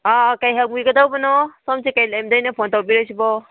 ꯀꯩ ꯍꯪꯕꯤꯒꯗꯧꯕꯅꯣ ꯁꯣꯝꯁꯦ ꯀꯩ ꯂꯝꯗꯩꯅꯣ ꯐꯣꯟ ꯇꯧꯕꯤꯔꯛꯏꯁꯤꯕꯣ